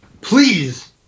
please